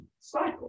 cycle